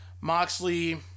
Moxley